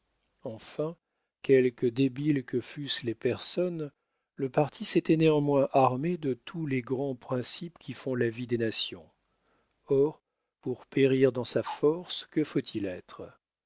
enfin quelque débiles que fussent les personnes le parti s'était néanmoins armé de tous les grands principes qui font la vie des nations or pour périr dans sa force que faut-il être